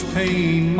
pain